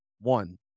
One